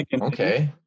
Okay